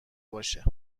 باشه